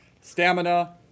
Stamina